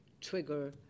trigger